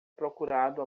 procurado